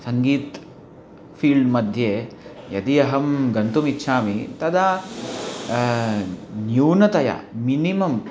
सङ्गीतं फ़ील्ड् मध्ये यदि अहं गन्तुमिच्छामि तदा न्यूनतया मिनिमं